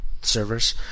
servers